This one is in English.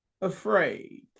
afraid